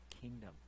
kingdom